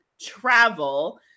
travel